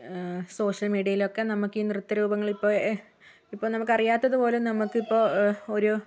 social മീഡിയിലൊക്കെ നമുക്ക് ഈ നൃത്തരൂപങ്ങൾ ഇപ്പോൾ നമുക്ക് അറിയാത്തത് പോലും നമുക്ക് ഇപ്പോൾ ഒരു